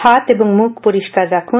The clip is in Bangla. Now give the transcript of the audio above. হাত এবং মুখ পরিষ্কার রাখুন